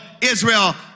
Israel